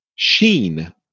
sheen